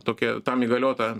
tokia tam įgaliota